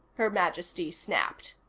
her majesty snapped.